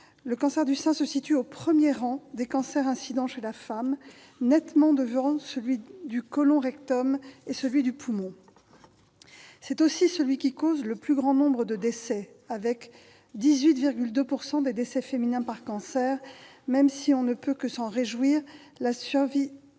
le cancer du sein se situe au premier rang des cancers incidents chez la femme, nettement devant celui du côlon-rectum et celui du poumon. C'est aussi celui qui cause le plus grand nombre de décès, avec 18,2 % des décès féminins par cancer, même si- on ne peut que s'en réjouir -la survie